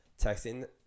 texting